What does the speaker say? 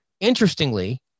interestingly